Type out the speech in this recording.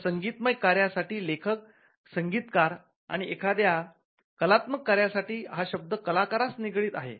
तर संगीतमय कार्यासाठी लेखक संगीतकार आणि एखाद्या कलात्मक कार्यासाठी हा शब्द कलाकारास निगडित आहे